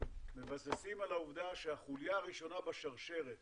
מבססים על העובדה שהחוליה הראשונה בשרשרת